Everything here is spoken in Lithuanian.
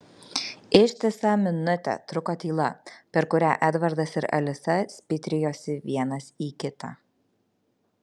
ištisą minutę truko tyla per kurią edvardas ir alisa spitrijosi vienas į kitą